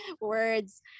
words